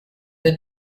der